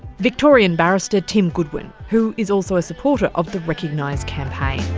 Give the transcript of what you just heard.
victorian barrister tim goodwin, who is also a supporter of the recognise campaign.